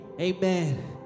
amen